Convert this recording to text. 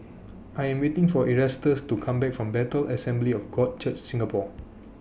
I Am waiting For Erastus to Come Back from Bethel Assembly of God Church Singapore